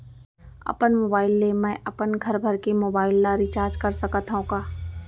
अपन मोबाइल ले मैं अपन घरभर के मोबाइल ला रिचार्ज कर सकत हव का?